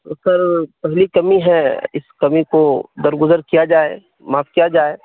تو سر پہلی کمی ہے اس کمی کو درگزر کیا جائے معاف کیا جائے